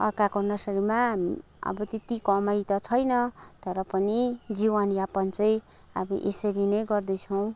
अर्काको नर्सरीमा अब त्यति कमाइ त छैन तर पनि जीवन यापन चाहिँ अब यसरी नै गर्दैछौँ